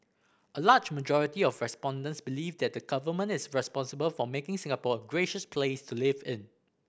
a large majority of respondents believe that the Government is responsible for making Singapore a gracious place to live in